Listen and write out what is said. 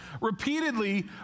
Repeatedly